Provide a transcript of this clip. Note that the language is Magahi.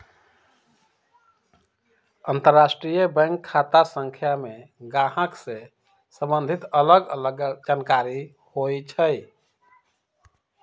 अंतरराष्ट्रीय बैंक खता संख्या में गाहक से सम्बंधित अलग अलग जानकारि होइ छइ